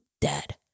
dead